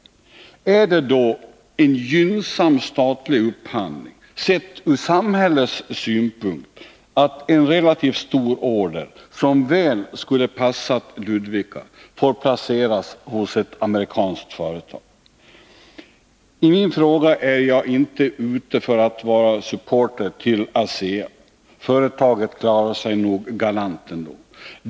Är det då en gynnsam statlig upphandling, sett ur samhällets synpunkt, att en relativt stor order, som väl skulle ha passat Ludvika, får placeras hos ett amerikanskt företag? I min fråga är jag inte ute efter att vara supporter till ASEA, företaget klarar sig nog galant ändå.